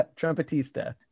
Trumpetista